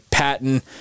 Patton